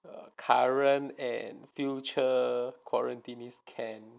the current and future quarantine is can